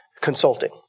consulting